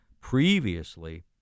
Previously